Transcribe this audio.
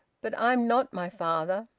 but i'm not my father.